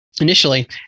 initially